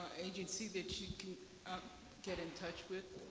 agency that you can get in touch with.